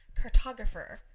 cartographer